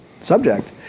subject